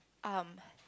um